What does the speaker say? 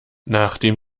nachdem